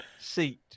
seat